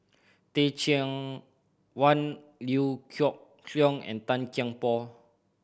Teh Cheang Wan Liew Geok Leong and Tan Kian Por